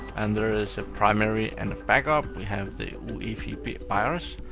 and there is a primary and a backup. we have the uefi bios,